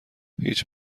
هیچ